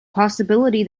possibility